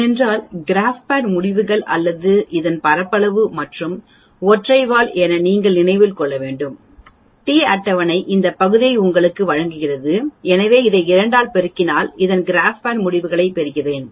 ஏனென்றால் கிராப்பேட் முடிவுகள் அல்லது இதன் பரப்பளவு மற்றும் ஒற்றை வால் என நீங்கள் நினைவில் கொள்ள வேண்டும்t அட்டவணை இந்த பகுதியை உங்களுக்கு வழங்குகிறது எனவே இதை 2 ஆல் பெருக்கினால் நான் கிராப் பேட் முடிவுகளைப் பெறுவேன்